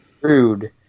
Rude